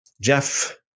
Jeff